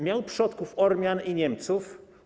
Miał przodków Ormian i Niemców.